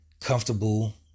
comfortable